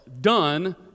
done